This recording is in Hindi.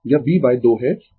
यह b 2 है